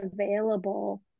available